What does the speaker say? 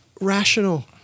Rational